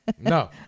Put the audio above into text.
No